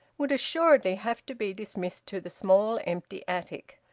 would assuredly have to be dismissed to the small, empty attic.